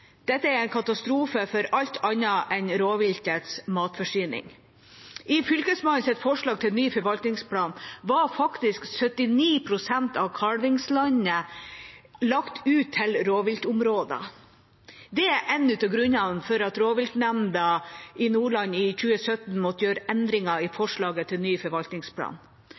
Dette er en katastrofe for alt annet enn rovviltets matforsyning. I Fylkesmannens forslag til ny forvaltningsplan var faktisk 79 pst. av kalvingslandet lagt ut til rovviltområder. Det var en av grunnene til at rovviltnemnda i Nordland i 2017 måtte gjøre endringer i forslaget til ny forvaltningsplan.